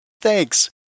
Thanks